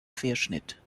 querschnitt